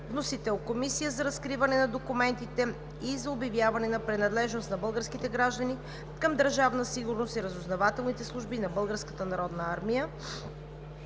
на Комисията за разкриване на документите и за обявяване на принадлежност на български граждани към Държавна сигурност и разузнавателните служби на